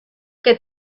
que